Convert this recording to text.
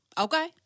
Okay